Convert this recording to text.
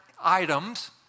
items